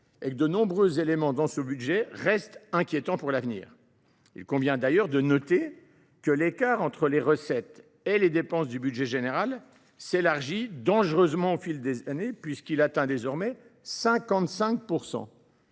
et que de nombreux éléments dans ce budget restent inquiétants pour l’avenir. Il convient de noter que l’écart entre les recettes et les dépenses du budget général s’élargit dangereusement au fil des années, atteignant désormais 55 %.